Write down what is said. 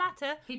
matter